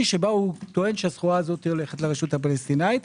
שבה טוען שהסחורה הזו הולכת לרשות הפלסטינית.